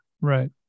Right